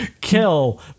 kill